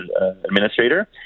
administrator